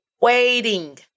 waiting